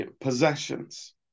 possessions